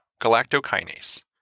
galactokinase